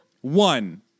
one